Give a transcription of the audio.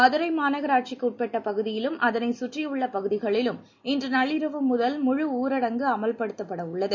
மதுரை மாநகராட்சிக்கு உட்பட்ட பகுதியிலும் அதனைச் சுற்றியுள்ள பகுதிகளிலும் இன்று நள்ளிரவு முதல் முழுஊரடங்கு அமல்படுத்தப்படவுள்ளது